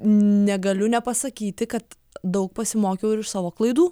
negaliu nepasakyti kad daug pasimokiau ir iš savo klaidų